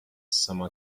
summa